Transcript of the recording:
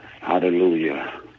Hallelujah